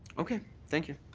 okay. thank you.